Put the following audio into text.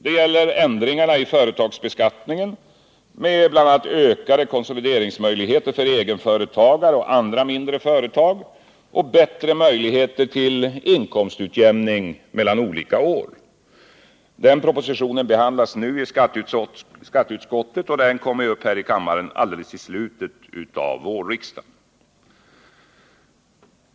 Det gäller ändringarna i företagsbeskattningen med bl.a. ökade konsolideringsmöjligheter för egenföretagare och andra mindre företag och bättre möjligheter till inkomstutjämning mellan olika år. Den propositionen behandlas nu i skatteutskottet och kommer upp här i kammaren alldeles i slutet av vårriksdagen.